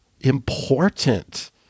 important